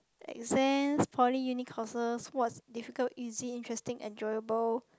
exams poly uni courses what difficult easy interesting enjoyable